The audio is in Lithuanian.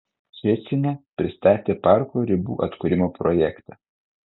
ščecine pristatė parko ribų atkūrimo projektą